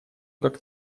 как